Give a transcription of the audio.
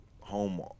home